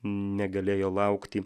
negalėjo laukti